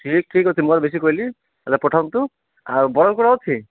ଠିକ୍ ଠିକ୍ ଅଛି ମୁଁ ପରା ବେଶୀ କହିଲି ଆଗେ ପଠାନ୍ତୁ ଆଉ ବଡ଼ କୁକୁଡ଼ା ଅଛି